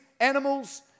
animals